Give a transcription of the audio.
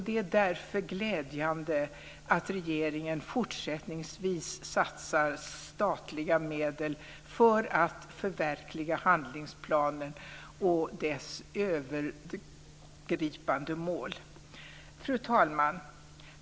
Det är därför glädjande att regeringen fortsättningsvis satsar statliga medel för att förverkliga handlingsplanen och dess övergripande mål. Fru talman!